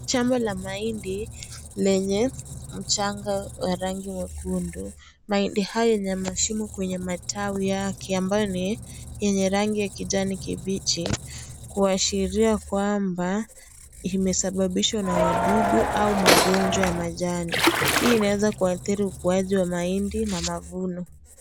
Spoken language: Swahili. Shamba la mahindi lenye mchanga wa rangi nyekundu. Mahindi hayo yana shimo kwenye matawi yake ambayo ni yenye rangi ya kijani kibichi, kuashiria kwamba imesababishwa na wadudu au magonjwa ya majani. Hii inaweza kuathiri ukuwaji wa mahindi na mavuno.